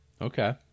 Okay